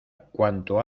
cuanto